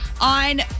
on